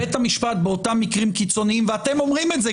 בית המשפט באותם מקרים קיצוניים ואתם אומרים את זה,